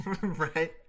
Right